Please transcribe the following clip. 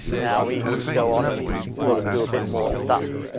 now we go on and sort of do a bit more stuff.